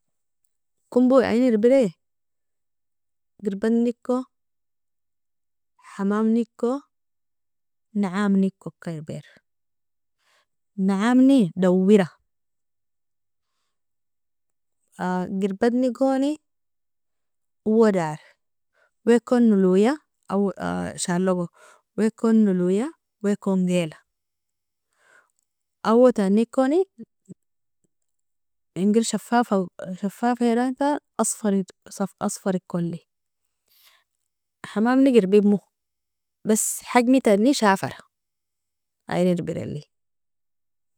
Kombo ien irbire gribadniko, hamamniko, naamnikoka irbir, naamni dawira gribadnigoni owo dar wekon noloia shalogo, wekon noloia wekon gela, awotanikoni inger shafafirntan asfarikoli, hamamni girbemo bas hajmitani shafara ien irbirali.